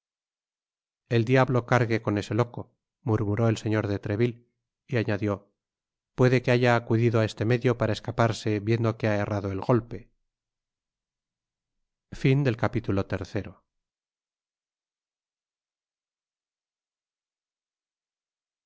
el diablo cargue con ese loco murmuró el señor de treville y añadió puede que haya acudido á este medio para escaparse viendo que ha errado el golpe